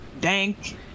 dank